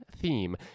theme